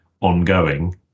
ongoing